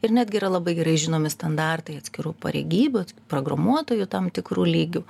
ir netgi yra labai gerai žinomi standartai atskirų pareigybių programuotojų tam tikrų lygių